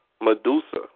Medusa